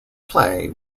play